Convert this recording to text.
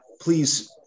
please